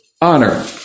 honor